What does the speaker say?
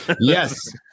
Yes